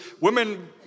women